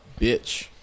bitch